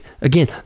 Again